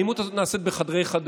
האלימות הזאת נעשית בחדרי-חדרים.